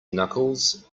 knuckles